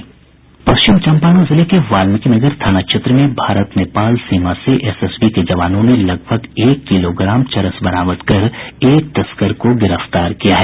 पश्चिम चंपारण जिले के वाल्मीकिनगर थाना क्षेत्र में भारत नेपाल अंतर्राष्ट्रीय सीमा से एसएसबी के जवानों ने करीब एक किलोग्राम चरस बरामद कर एक तस्कर को गिरफ्तार किया है